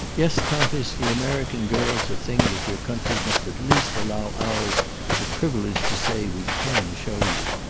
yes, countess, the american girl's a thing that your country must at least allow ours the privilege to say we can show you.